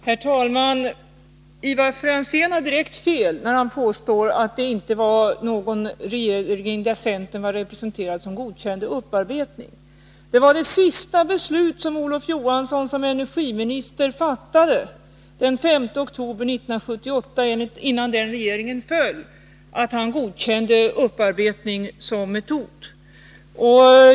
Herr talman! Ivar Franzén har direkt fel när han påstår att centern inte var representerad i den regering som godkände upparbetning. Det sista beslut som Olof Johansson som energiminister fattade — det var den 5 oktober 1978 — innan den regeringen föll var att han godkände upparbetning som metod.